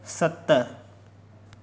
सत